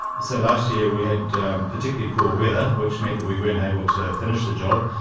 so last year we had particularly poor weather which meant that we were unable to finish the job,